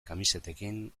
kamisetekin